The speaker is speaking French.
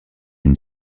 une